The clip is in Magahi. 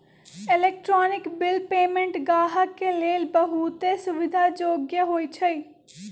इलेक्ट्रॉनिक बिल पेमेंट गाहक के लेल बहुते सुविधा जोग्य होइ छइ